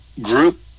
group